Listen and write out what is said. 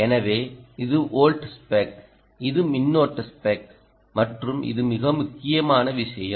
எனவே இது volt spec இது மின்னோட்ட ஸ்பெக் மற்றும் இது மிக முக்கியமான விஷயம்